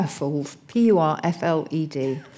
P-U-R-F-L-E-D